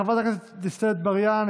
חברת הכנסת דיסטל אטבריאן,